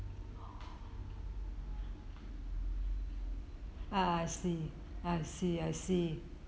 ah I see I see I see